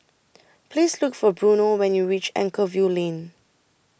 Please Look For Bruno when YOU REACH Anchorvale Lane